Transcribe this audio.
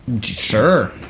sure